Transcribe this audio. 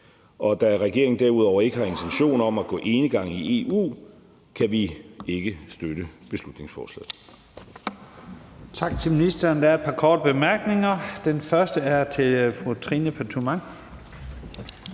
da regeringen derudover ikke har intentioner om at gå enegang i EU, kan vi ikke støtte beslutningsforslaget.